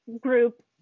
group